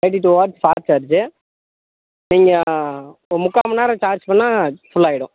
thirty two hours fast charge நீங்கள் ஒரு முக்கால்மணிநேரம் சார்ஜ் பண்ணா ஃபுல்லாயிவிடும்